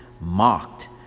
mocked